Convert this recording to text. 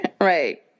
Right